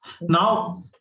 Now